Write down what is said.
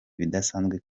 ibidasanzwe